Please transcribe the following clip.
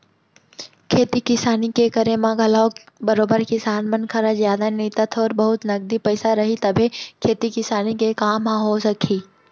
खेती किसानी के करे म घलौ बरोबर किसान मन करा जादा नई त थोर बहुत नगदी पइसा रही तभे खेती किसानी के काम ह हो सकही